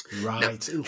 right